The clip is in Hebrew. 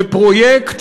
ופרויקט